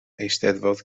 eisteddfod